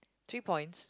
three points